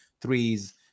threes